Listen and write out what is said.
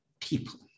people